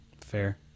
Fair